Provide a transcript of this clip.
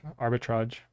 arbitrage